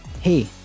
Hey